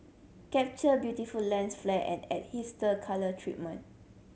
capture beautiful lens flare and add colour treatment